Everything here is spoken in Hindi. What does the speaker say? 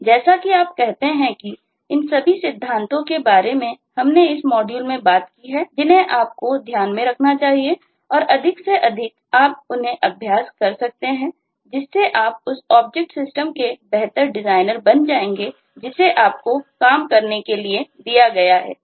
जहां हम आपको ऑब्जेक्ट्स के बेहतर डिज़ाइनर बन जाएंगे जिसे आपको काम करने के लिए दिया गया है